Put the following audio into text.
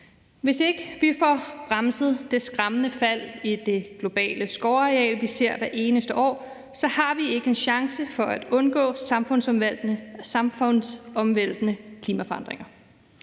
Hvis ikke vi får bremset det skræmmende fald i det globale skovareal, vi ser hver eneste år, så har vi ikke en chance for at undgå samfundsomvæltende klimaforandringer